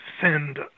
send